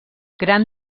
gran